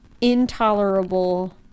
intolerable